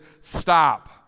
stop